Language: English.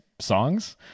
songs